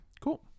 cool